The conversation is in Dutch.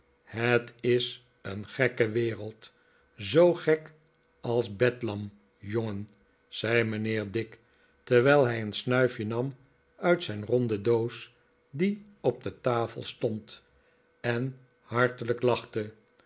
het is een gekke wereld zoo gek als bedlam jongen zei mijnheer dick terwijl hij een snuifje nam uit een ronde doos die op de tafel stond en hartelijk lachte